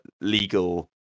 legal